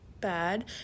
bad